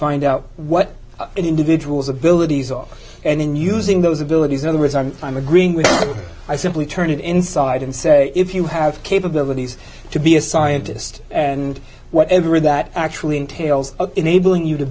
find out what individuals abilities off and in using those abilities in other words i'm i'm agreeing with i simply turn it inside and say if you have capabilities to be a scientist and whatever that actually entails enabling you to